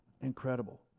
incredible